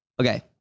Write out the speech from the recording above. Okay